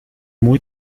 muy